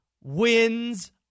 wins